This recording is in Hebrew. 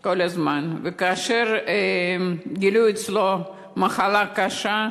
כל הזמן, וכאשר גילו אצלו מחלה קשה,